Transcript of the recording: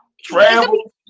travel